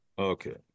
Okay